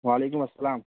وعلیکُم السلام